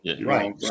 right